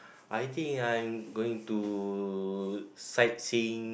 I think I'm going to sightseeing